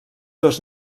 dos